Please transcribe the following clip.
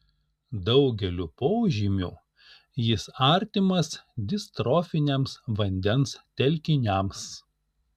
daugeliu požymių jis artimas distrofiniams vandens telkiniams